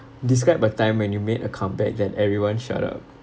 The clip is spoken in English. describe a time when you made a comeback that everyone shut up